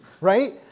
Right